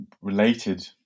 related